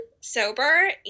sober